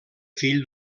fill